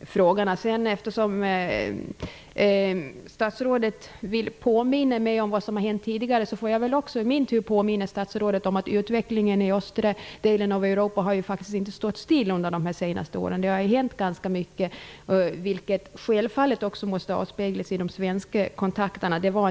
frågorna. Eftersom statsrådet vill påminna mig om vad som har hänt tidigare får väl jag i min tur påminna statsrådet om att utvecklingen i östra delen av Europa faktiskt inte har stått still under de senaste åren. Det har hänt ganska mycket, vilket självfallet också måste avspegla sig i de svenska kontakterna med dessa länder.